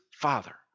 Father